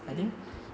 mm